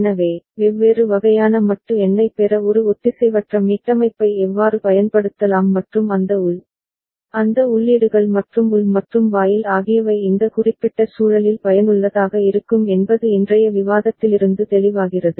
எனவே வெவ்வேறு வகையான மட்டு எண்ணைப் பெற ஒரு ஒத்திசைவற்ற மீட்டமைப்பை எவ்வாறு பயன்படுத்தலாம் மற்றும் அந்த உள் அந்த உள்ளீடுகள் மற்றும் உள் மற்றும் வாயில் ஆகியவை இந்த குறிப்பிட்ட சூழலில் பயனுள்ளதாக இருக்கும் என்பது இன்றைய விவாதத்திலிருந்து தெளிவாகிறது